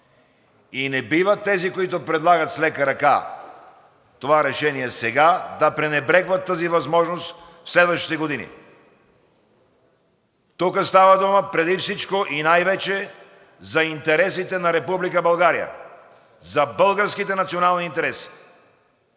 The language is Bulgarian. и не бива тези, които предлагат с лека ръка това решение сега, да пренебрегват тази възможност в следващите години. Тук става дума преди всичко и най-вече за интересите на Република България, за българските национални интереси.